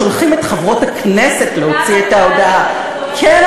שולחים את חברות הכנסת להוציא את ההודעה כן,